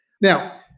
Now